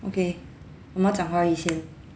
okay 我们要讲华语先